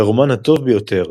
לרומן הטוב ביותר,